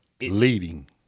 Leading